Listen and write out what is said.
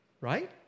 right